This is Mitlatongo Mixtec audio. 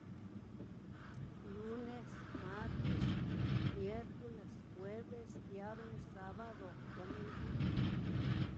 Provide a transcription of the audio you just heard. Lunes, martis, miercules, jueves, viarnes, sabado, domingu.